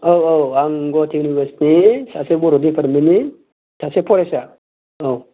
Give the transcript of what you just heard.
औ औ आं गुवाहाटी इउनिभार्सिटिनि बर' डिपार्टमेन्टनि सासे फरायसा औ